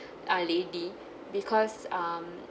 a lady because um